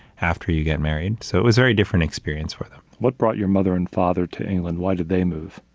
after you get married, so it was very different experience for them. what brought your mother and father to england? why did they move?